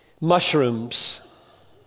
Mushrooms